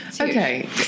okay